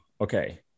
Okay